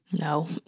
No